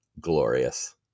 glorious